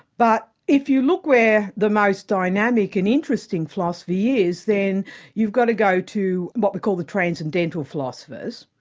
but if you look where the most dynamic and interesting philosophy is, then you've got to go to what we call the transcendental philosophers,